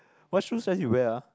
what shoe size you wear ah